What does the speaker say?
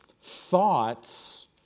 Thoughts